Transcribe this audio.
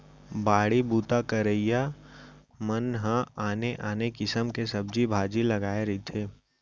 बाड़ी बूता करइया मन ह आने आने किसम के सब्जी भाजी लगाए रहिथे